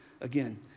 again